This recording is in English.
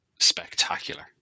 spectacular